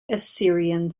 assyrian